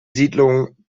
siedlung